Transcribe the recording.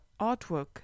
artwork